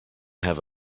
have